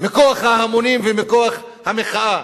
מכוח ההמונים ומכוח המחאה.